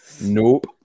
Nope